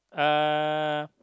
uh